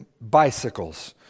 bicycles